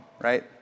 right